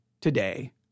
today